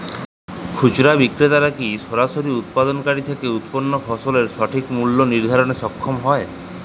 খুচরা বিক্রেতারা কী সরাসরি উৎপাদনকারী থেকে উৎপন্ন ফসলের সঠিক মূল্য নির্ধারণে সক্ষম হয়?